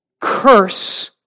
Curse